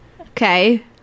Okay